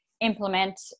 implement